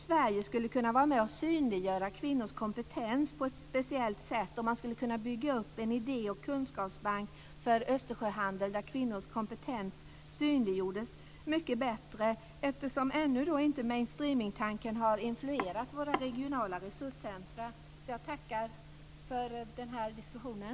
Sverige skulle kunna vara med och synliggöra kvinnors kompetens på ett speciellt sätt och man skulle kunna bygga upp en idé och kunskapsbank för Östersjöhandeln där kvinnors kompetens mycket bättre synliggjordes. Mainstreamingtanken har ju ännu inte har influerat våra regionala resurscentrum. Jag tackar dock för diskussionen.